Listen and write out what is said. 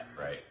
right